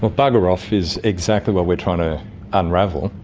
bugger off is exactly what we're trying to unravel,